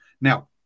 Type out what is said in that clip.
Now